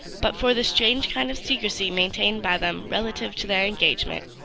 but for this strange kind of secrecy maintained by them relative to their engagement,